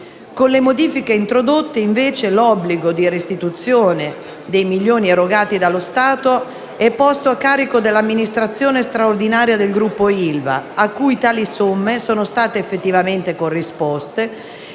con le modifiche introdotte, invece, l'obbligo di restituzione dei 300 milioni erogati dallo Stato è posto a carico dell'amministrazione straordinaria del Gruppo ILVA, a cui tali somme sono state effettivamente corrisposte,